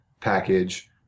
package